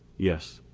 yes.